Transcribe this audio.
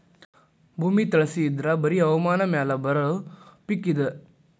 ಭೂಮಿ ತಳಸಿ ಇದ್ರ ಬರಿ ಹವಾಮಾನ ಮ್ಯಾಲ ಬರು ಪಿಕ್ ಇದ